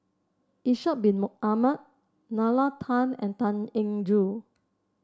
Ishak Bin Ahmad Nalla Tan and Tan Eng Joo